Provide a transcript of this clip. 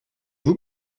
vous